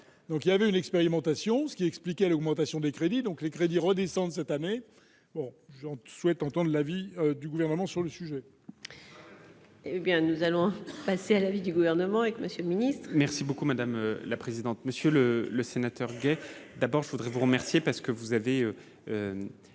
donc il y avait une expérimentation, ce qui expliquait l'augmentation des crédits, donc les crédits redescendent cette année, bon je souhaite entendent l'avis du gouvernement sur le sujet. Eh bien, nous allons passer à l'avis du gouvernement avec Monsieur le Ministre. Merci beaucoup, madame la présidente, monsieur le le sénateur gay d'abord je voudrais vous remercier parce que vous avez